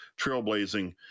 trailblazing